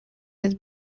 his